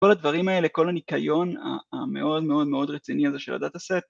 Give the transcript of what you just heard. ‫כל הדברים האלה, כל הניקיון ‫המאוד מאוד מאוד רציני הזה של הדאטה סט...